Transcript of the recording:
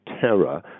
terror